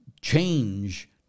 change